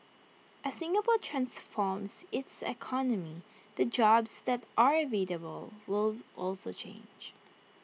as Singapore transforms its economy the jobs that are available will also change